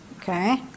Okay